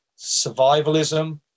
survivalism